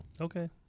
Okay